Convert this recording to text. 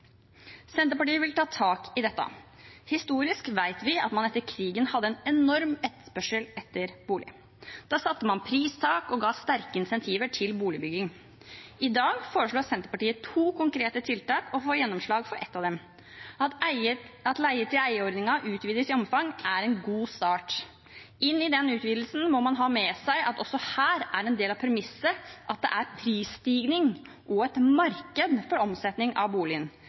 Senterpartiet vil ta tak i dette. Historisk vet vi at man etter krigen hadde en enorm etterspørsel etter bolig. Da satte man pristak og ga sterke insentiver til boligbygging. I dag foreslår Senterpartiet to konkrete tiltak og får gjennomslag for ett av dem. At leie-til-eie-ordningen utvides i omfang, er en god start. Inn i den utvidelsen må man ha med seg at også her er en del av premisset at det er prisstigning og et marked for omsetning av boligen.